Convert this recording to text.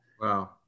Wow